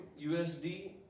USD